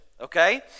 okay